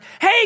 hey